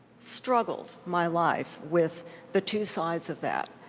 struggled my life with the two sides of that.